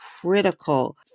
critical